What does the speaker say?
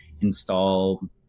install